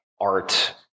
art